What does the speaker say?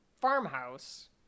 farmhouse